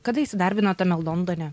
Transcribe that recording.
kada įsidarbinot tame londone